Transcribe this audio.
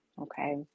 okay